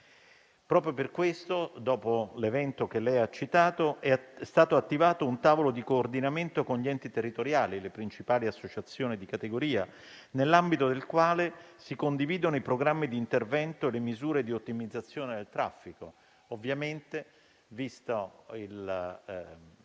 Proprio per questo, dopo l'evento che lei ha citato, è stato attivato un tavolo di coordinamento con gli enti territoriali e le principali associazioni di categoria, nell'ambito del quale si condividono i programmi di intervento e le misure di ottimizzazione del traffico. Visti